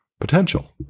Potential